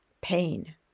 pain